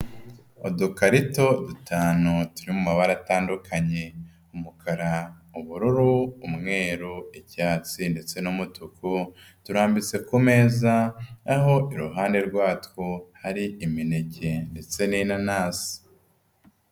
Udukarito dutanu turi mu mabara atandukanye; umukara, ubururu, umweru, icyatsi ndetse n'umutuku, turambitse ku meza aho iruhande rwatwo hari imineke ndetse n'inanasi.